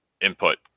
input